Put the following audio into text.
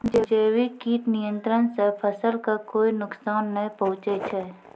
जैविक कीट नियंत्रण सॅ फसल कॅ कोय नुकसान नाय पहुँचै छै